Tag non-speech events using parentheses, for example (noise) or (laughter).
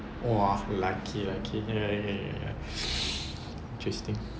!whoa! lucky lucky (breath) interesting